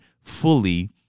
fully